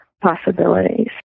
possibilities